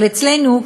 אצלנו,